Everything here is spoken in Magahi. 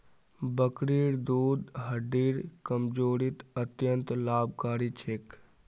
बकरीर दूध हड्डिर कमजोरीत अत्यंत लाभकारी छेक